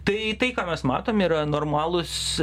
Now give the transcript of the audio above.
tai tai ką mes matom yra normalūs